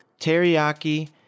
Teriyaki